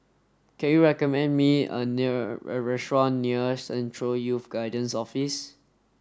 can you recommend me a near restaurant near Central Youth Guidance Office